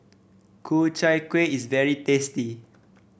Ku Chai Kueh is very tasty